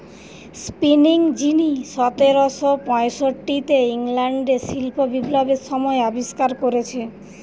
spinning যিনি সতেরশ পয়ষট্টিতে ইংল্যান্ডে শিল্প বিপ্লবের সময় আবিষ্কার কোরেছে